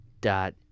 dot